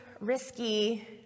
risky